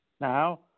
Now